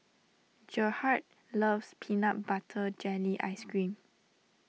Gerhard loves Peanut Butter Jelly Ice Cream